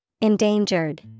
Endangered